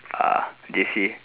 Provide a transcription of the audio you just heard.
uh J_C